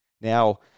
Now